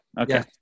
Okay